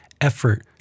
effort